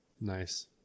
Nice